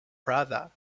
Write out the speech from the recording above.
pravda